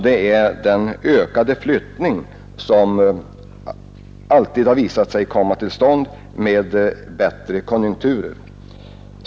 Det gäller den ökade flyttning som alltid har visat sig komma till stånd i goda konjunkturer.